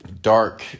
dark